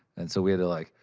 and so we had to, like,